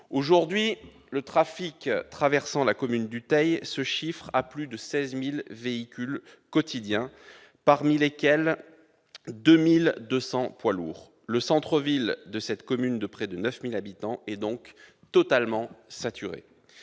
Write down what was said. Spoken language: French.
Aujourd'hui, le trafic traversant la commune du Teil concerne plus de 16 000 véhicules quotidiens, parmi lesquels 2 200 poids lourds. Le centre-ville de cette commune de près de 9 000 habitants est donc complètement saturé.